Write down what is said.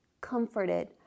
comforted